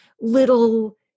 little